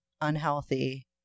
unhealthy